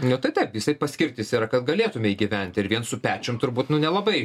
nu tai taip jisai paskirtis yra kad galėtumei gyventi ir vien su pečium turbūt nu nelabai